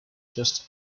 just